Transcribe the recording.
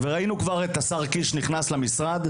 ראינו את השר קיש נכנס לתפקיד,